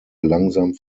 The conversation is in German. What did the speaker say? langsam